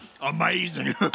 amazing